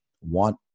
want